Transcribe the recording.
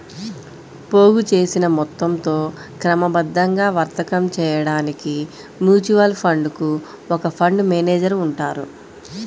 పోగుచేసిన మొత్తంతో క్రమబద్ధంగా వర్తకం చేయడానికి మ్యూచువల్ ఫండ్ కు ఒక ఫండ్ మేనేజర్ ఉంటారు